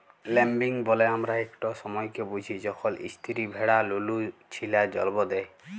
lambing ব্যলে আমরা ইকট সময়কে বুঝি যখল ইস্তিরি ভেড়া লুলু ছিলা জল্ম দেয়